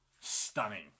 Stunning